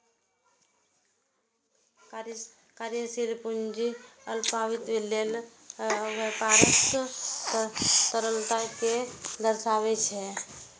कार्यशील पूंजी अल्पावधिक लेल व्यापारक तरलता कें दर्शाबै छै